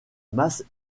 masse